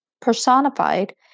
personified